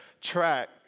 track